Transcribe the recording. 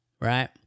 right